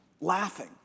laughing